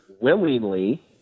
willingly